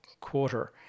quarter